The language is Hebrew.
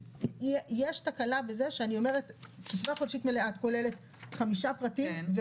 כי יש תקלה בזה שאני אומרת קצבה חודשית מלאה כוללת חמישה פרטים,